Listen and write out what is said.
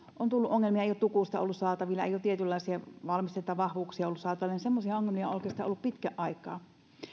on ollut ongelmia että ei ole tukusta ollut saatavilla tietynlaisia valmisteita vahvuuksia semmoisia ongelmia on oikeastaan ollut pitkän aikaa